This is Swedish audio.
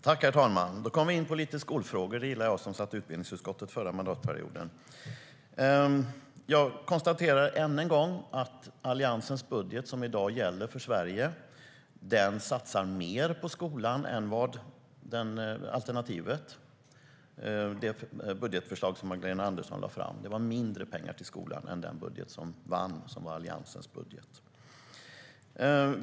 Herr talman! Då kommer vi in på lite skolfrågor. Det gillar jag, som satt i utbildningsutskottet förra mandatperioden. Jag konstaterar än en gång att det i Alliansens budget, som i dag gäller för Sverige, satsas mer på skolan än det görs i alternativet, det budgetförslag som Magdalena Andersson lade fram. Där var det mindre pengar till skolan än i den budget som vann, som var Alliansens budget.